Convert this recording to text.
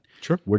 Sure